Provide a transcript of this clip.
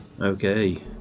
Okay